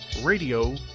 Radio